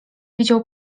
widział